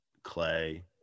clay